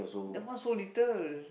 that one so little